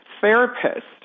therapist